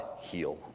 heal